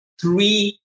three